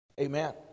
Amen